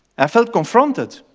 i felt confronted.